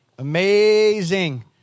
amazing